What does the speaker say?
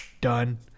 done